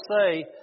say